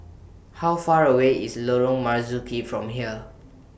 How Far away IS Lorong Marzuki from here